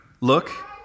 look